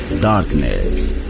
Darkness